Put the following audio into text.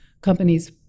companies